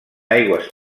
aigües